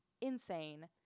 Insane